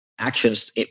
actions